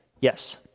Yes